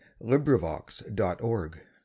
LibriVox.org